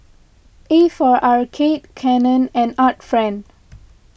A for Arcade Canon and Art Friend